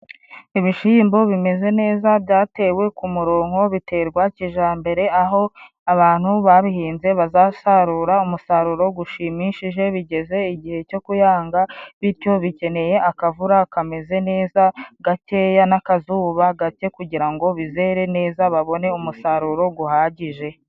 Ibishimbo bimeze neza, byatewe ku murongo biterwa kijambere, aho abantu babihinze bazasarura umusaruro gushimishije, bigeze igihe cyo kuyanga, bityo bikeneye akavura kameze neza gakeya n'akazuba gake kugira ngo bizere neza babone umusaruro guhagije.